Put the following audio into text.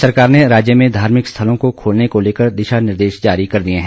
प्रदेश सरकार ने राज्य में धार्मिक स्थलों को खोलने को लेकर दिशा निर्देश जारी कर दिए हैं